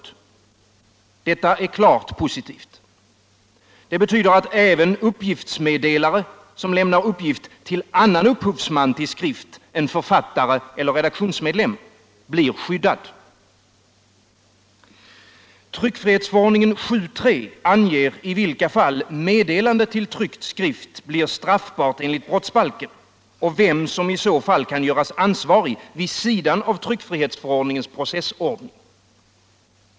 Detta är klart positivt. Det betyder att även uppgiftsmeddelare som lämnar uppgift till annan upphovsman till skrift än författare eller redaktionsmedlem blir skyddad. Tryckfrihetsförordningen 7:3 anger i vilka fall meddelande till tryckt skrift blir straffbart enligt brottsbalken och vem som i så fall kan göras ansvarig vid sidan av tryckfrihetsförordningens processordning.